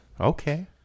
Okay